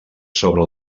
sobre